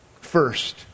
First